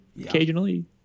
Occasionally